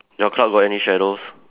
your cloud got any shadows